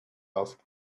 asked